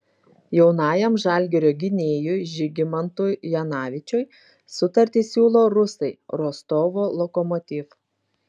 jaunajam žalgirio gynėjui žygimantui janavičiui sutartį siūlo rusai rostovo lokomotiv